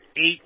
eight